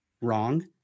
wrong